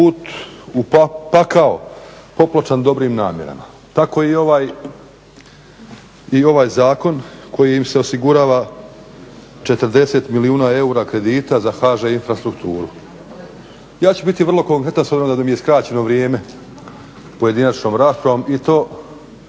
put u pakao popločan dobrim namjerama. Tako i ovaj Zakon kojim se osigurava 40 milijuna eura kredita za HŽ infrastrukturu. Ja ću biti vrlo konkretan s obzirom da mi je skraćeno vrijeme pojedinačnom raspravom i to